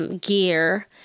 gear